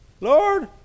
Lord